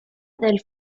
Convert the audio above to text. del